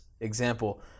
example